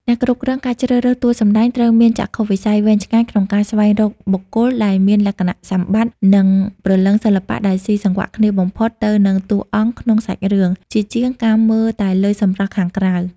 អ្នកគ្រប់គ្រងការជ្រើសរើសតួសម្ដែងត្រូវមានចក្ខុវិស័យវែងឆ្ងាយក្នុងការស្វែងរកបុគ្គលដែលមានលក្ខណៈសម្បត្តិ និងព្រលឹងសិល្បៈដែលស៊ីសង្វាក់គ្នាបំផុតទៅនឹងតួអង្គក្នុងសាច់រឿង ជាជាងការមើលតែលើសម្រស់ខាងក្រៅ។